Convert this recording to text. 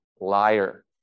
liar